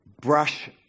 brush